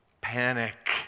panic